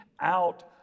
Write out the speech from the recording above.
out